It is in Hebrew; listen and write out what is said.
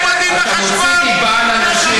חבר הכנסת אראל מרגלית,